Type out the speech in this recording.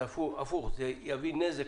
זה יביא נזק